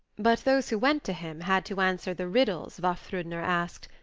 but those who went to him had to answer the riddles vafthrudner asked,